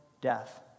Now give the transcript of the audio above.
death